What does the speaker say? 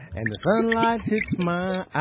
and the sunlight hits my